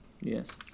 Yes